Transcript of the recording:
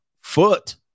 foot